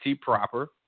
proper